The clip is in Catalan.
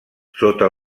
sota